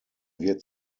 wird